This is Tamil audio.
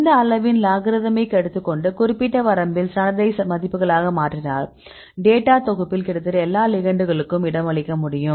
இந்த அளவின் லாக்ரதமிக் எடுத்துக்கொண்டு குறிப்பிட்ட வரம்பில் ஸ்டாண்டர்டைஸ் மதிப்புகளாக மாற்றினால் டேட்டா தொகுப்பில் கிட்டத்தட்ட எல்லா லிகண்ட்களுக்கும் இடமளிக்க முடியும்